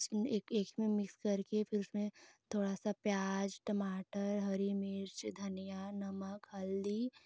उसमें एक एक में मिक्स करके फिर उसमें थोड़ा प्याज टमाटर हरी मिर्च धनीया नमक हल्दी